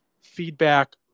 feedback